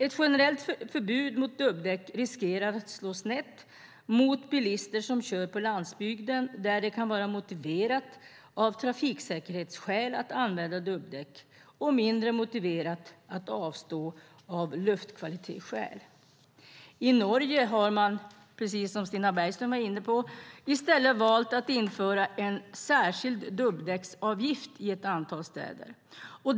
Ett generellt förbud mot dubbdäck riskerar att slå snett mot bilister som kör på landsbygden där det kan vara mer motiverat av trafiksäkerhetsskäl att använda dubbdäck och mindre motiverat att avstå av luftkvalitetsskäl. I Norge har man, precis som Stina Bergström var inne på, i stället valt att införa en särskild dubbdäcksavgift i ett antal städer.